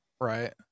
right